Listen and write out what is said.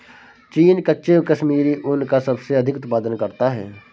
चीन कच्चे कश्मीरी ऊन का सबसे अधिक उत्पादन करता है